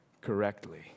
correctly